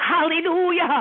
Hallelujah